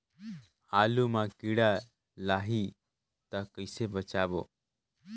आलू मां कीड़ा लाही ता कइसे बचाबो?